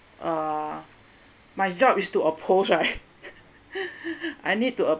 uh my job is to oppose right I need to